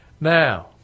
Now